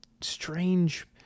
strange